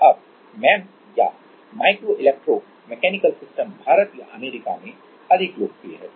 अब एमईएमएस या micro electro mechanical system Bharat या अमेरिका में अधिक लोकप्रिय हैं